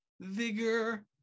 vigor